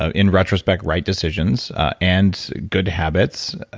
ah in retrospect, right decisions and good habits.